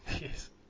Yes